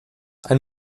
ein